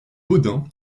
bodin